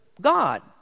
God